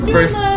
First